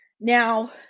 Now